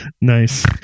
Nice